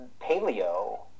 paleo